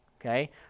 Okay